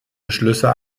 beschlüsse